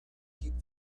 keep